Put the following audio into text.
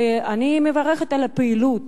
ואני מברכת על הפעילות